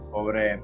Pobre